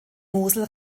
mosel